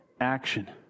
action